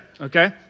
okay